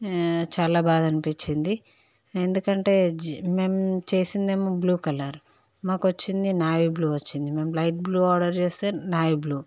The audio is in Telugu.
చాలా బాధ అనిపించింది ఎందుకంటే మేము చేసింది ఏమో బ్లూ కలర్ మాకు వచ్చింది నేవీ బ్లూ వచ్చింది మేము లైట్ బ్లూ ఆర్డర్ చేస్తే నేవీ బ్లూ